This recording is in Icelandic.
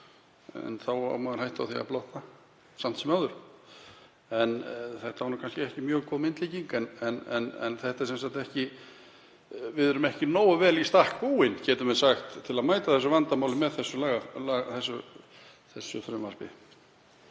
Þá á maður á hættu að blotna samt sem áður. Þetta var kannski ekki mjög góð myndlíking en við erum ekki nógu vel í stakk búin, getum við sagt, til að mæta slíkum vandamálum með þessu frumvarpi.